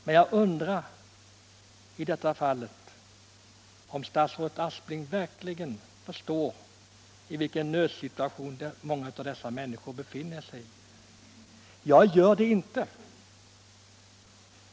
Men jag undrar i detta fall om statsrådet Aspling verkligen förstår vilken nödsituation många av dessa människor befinner sig i. Jag gör det inte.